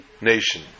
nation